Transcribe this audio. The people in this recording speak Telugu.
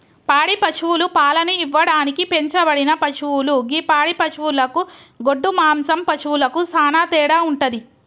పాడి పశువులు పాలను ఇవ్వడానికి పెంచబడిన పశువులు గి పాడి పశువులకు గొడ్డు మాంసం పశువులకు సానా తేడా వుంటది